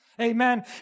Amen